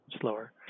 slower